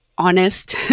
honest